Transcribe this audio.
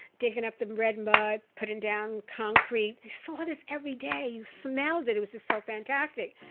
digging up the red mud, putting down concrete. you saw this every day. you smelled it. it was just so fantastic.